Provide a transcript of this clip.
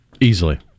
Easily